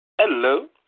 Hello